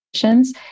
conditions